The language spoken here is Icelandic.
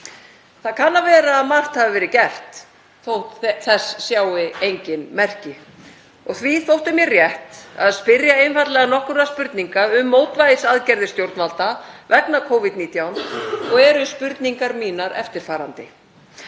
Það kann að vera að margt hafi verið gert þótt þess sjái engin merki. Því þótti mér rétt að spyrja nokkurra spurninga um mótvægisaðgerðir stjórnvalda vegna Covid-19 og eru spurningar mínar eftirfarandi: